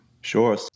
Sure